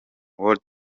world